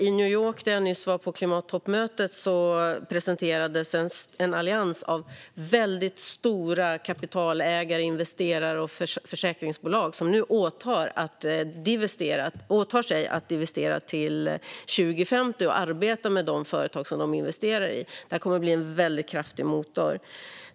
I New York, där jag nyss var på klimattoppmötet, presenterades en allians av väldigt stora kapitalägare, investerare och försäkringsbolag, som nu åtar sig att divestera till 2050 och att arbeta med de företag som de investerar i. Detta kommer att bli en mycket kraftig motor.